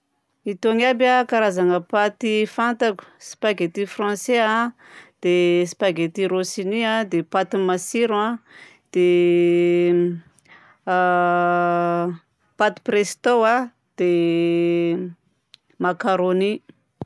Itony aby karazagna paty fantako: spagetti français a,dia spagetti rossini a, dia paty matsiro a, dia paty presto a, dia macaroni.